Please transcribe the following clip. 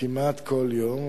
כמעט כל יום.